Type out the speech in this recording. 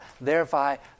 thereby